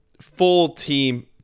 full-team